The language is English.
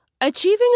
achieving